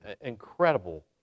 incredible